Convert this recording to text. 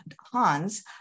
Hans